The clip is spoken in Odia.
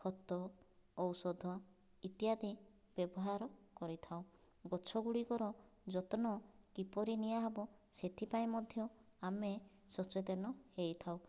ଖତ ଔଷଧ ଇତ୍ୟାଦି ବ୍ୟବହାର କରିଥାଉ ଗଛଗୁଡ଼ିକର ଯତ୍ନ କିପରି ନିଆହେବ ସେଥିପାଇଁ ମଧ୍ୟ ଆମେ ସଚେତନ ହୋଇଥାଉ